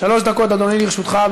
שלוש דקות, אדוני, לרשותך.